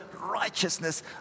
righteousness